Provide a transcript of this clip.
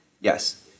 Yes